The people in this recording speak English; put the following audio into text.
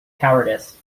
cowardice